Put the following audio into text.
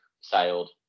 sailed